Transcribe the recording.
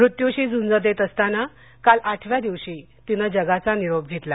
मृत्यूशी झूंज देत असताना काल आठव्या दिवशी तिनं जगाचा निरोप घेतला